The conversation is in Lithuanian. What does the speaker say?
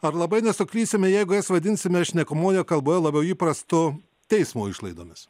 ar labai nesuklysime jeigu jas vadinsime šnekamoje kalboje labiau įprastu teismo išlaidomis